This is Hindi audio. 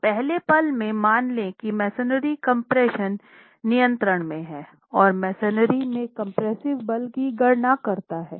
तो पहले पल में मान लें कि मेसनरी कम्प्रेशन नियंत्रण में हैं और मेसनरी में कम्प्रेस्सिव बल की गणना करता है